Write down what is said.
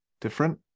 different